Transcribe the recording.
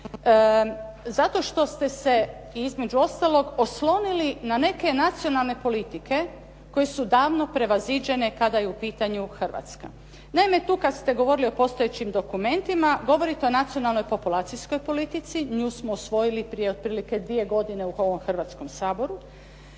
zato što ste se između ostalog oslonili na neke nacionalne politike koje su davno prevaziđene kada je u pitanju Hrvatska. Naime, tu kada ste govorili o postojećim dokumentima, govorite o nacionalnoj populacijskoj politici. Nju smo usvojili prije otprilike dvije godine u ovom hrvatskom Saboru.